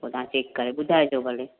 पोइ तव्हां चेक करे ॿुधाइजो भले